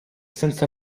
senza